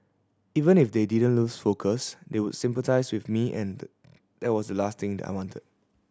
even if they didn't lose focus they would sympathise with me and that was last thing I wanted